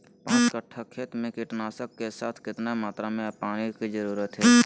पांच कट्ठा खेत में कीटनाशक के साथ कितना मात्रा में पानी के जरूरत है?